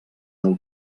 del